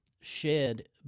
shared